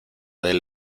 del